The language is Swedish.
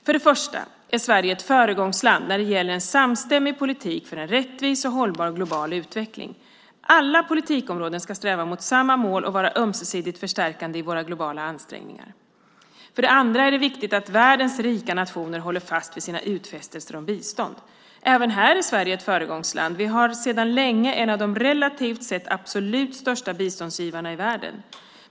För det första är Sverige ett föregångsland när det gäller en samstämmig politik för en rättvis och hållbar global utveckling. Alla politikområden ska sträva mot samma mål och vara ömsesidigt förstärkande i våra globala ansträngningar. För det andra är det viktigt att världens rika nationer håller fast vid sina utfästelser om bistånd. Även här är Sverige ett föregångsland. Vi är sedan länge en av de relativt sett absolut största biståndsgivarna i världen.